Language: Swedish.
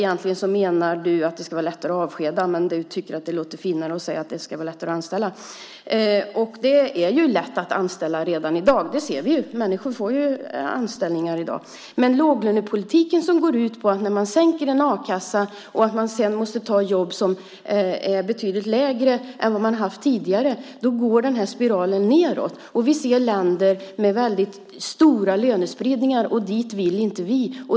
Egentligen menar han att det ska vara lättare att avskeda, men han tycker att det låter finare att säga att det ska vara lättare att anställa. Det är lätt att anställa redan i dag. Det ser vi. Människor får anställningar i dag. Med den låglönepolitik som går ut på att man får sänkt a-kassa och måste ta jobb med betydligt lägre lön än vad man har haft tidigare går den här spiralen nedåt. Det finns länder med väldigt stora lönespridningar, och dit vill inte vi.